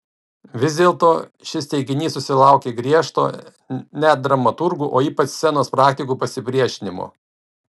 vis dėlto šis teiginys susilaukė griežto net dramaturgų o ypač scenos praktikų pasipriešinimo